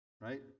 right